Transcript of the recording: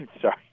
sorry